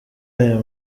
aya